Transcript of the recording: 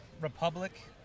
Republic